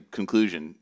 conclusion